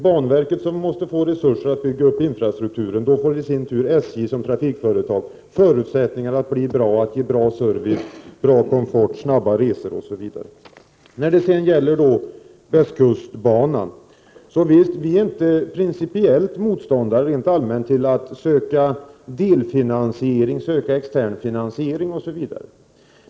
Banverket måste få resurser att bygga upp infrastrukturen, och så får i sin tur SJ som trafikföretag förutsättningar att bli bra, ge bra service, god komfort, snabba resor osv. När det gäller västkustbanan är vi inte rent allmänt principiellt motståndare till att söka delfinansiering, extern finansiering osv.